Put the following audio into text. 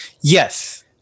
yes